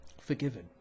forgiven